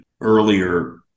earlier